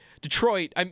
Detroit